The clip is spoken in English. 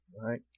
Right